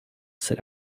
sit